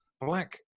black